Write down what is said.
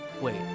Wait